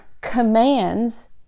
commands